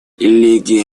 лиги